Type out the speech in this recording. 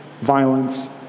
violence